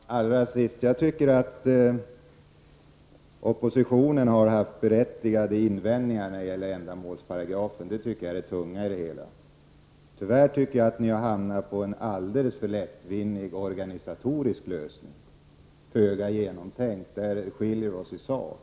Herr talman! Allra sist vill jag säga att jag tycker att oppositionen har haft berättigade invändningar när det gäller ändamålsparagrafen. Det är det som väger tungt i detta sammanhang. Tyvärr har oppositionen hamnat på en alldeles för lättvindig organisatorisk lösning, som är föga genomtänkt, Och där skiljer vi oss åt i sak.